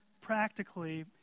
practically